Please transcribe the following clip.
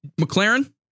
McLaren